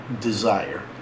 desire